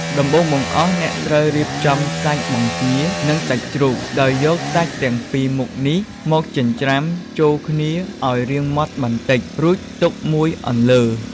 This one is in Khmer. ដំបូងបង្អស់ អ្នកត្រូវ រៀបចំសាច់បង្គា និងសាច់ជ្រូក ដោយយកសាច់ទាំងពីរមុខនេះ មកចិញ្ច្រាំចូលគ្នាឱ្យរៀងម៉ដ្ឋបន្តិច រួចទុកមួយអន្លើ។